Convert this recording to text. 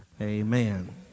Amen